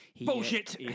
Bullshit